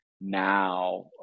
now